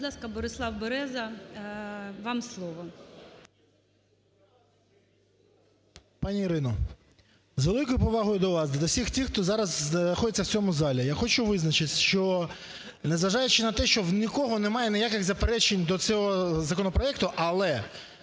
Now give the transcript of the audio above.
Будь ласка, Борислав Береза, вам слово. 11:11:05 БЕРЕЗА Б.Ю. Пані Ірино, з великою повагою до вас і до всіх тих, хто зараз знаходиться в цьому залі, я хочу визначитися, що, незважаючи на те, що ні в кого немає ніяких заперечень до цього законопроекту, але